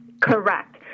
Correct